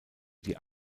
die